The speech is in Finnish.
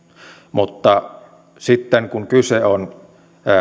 mutta sitten kun kyse on